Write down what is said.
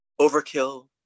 Overkill